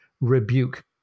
rebuke